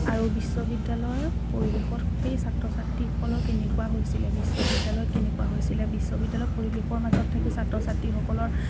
আৰু বিশ্ববিদ্যালয়ৰ পৰিৱেশত সেই ছাত্ৰ ছাত্ৰীসকলৰ কেনেকুৱা হৈছিলে বিশ্ববিদ্যালয়ত কেনেকুৱা হৈছিলে বিশ্ববিদ্যালয় পৰিৱেশৰ মাজত থাকি ছাত্ৰ ছাত্ৰীসকলৰ